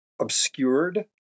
obscured